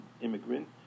immigrant